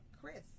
Chris